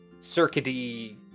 circuity